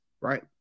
right